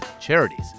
charities